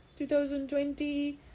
2020